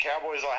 Cowboys